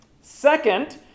Second